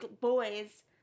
boys